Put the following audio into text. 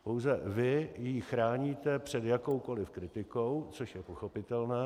Pouze vy ji chráníte před jakoukoli kritikou, což je pochopitelné.